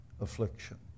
affliction